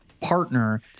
partner